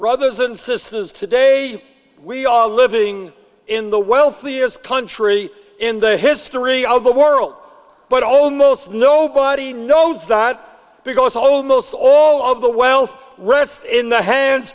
brothers and sisters today we are living in the wealthiest country in the history of the world but almost nobody knows that because almost all of the wealth rest in the hands